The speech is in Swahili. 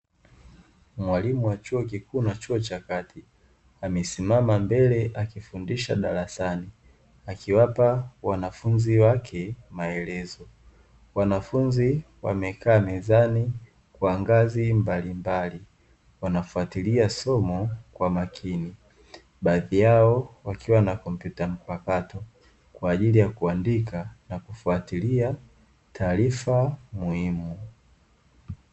Mwalimu wa chuo kikuu na chuo cha kati akisimama mbele ya wanafunzi wake akiwapa maelekezo ,wanafunzi wamesimama kwa ngazi mbalimbali wanafuatilia somo kwa umakini ,baadhi yao wakiwa na kompyuta mpakato kwa ajiri ya kuandika na kufuatilia taarifa muhimu.